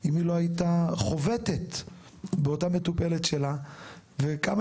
אם היא לא הייתה חובטת באותה מטופלת שלה וכמה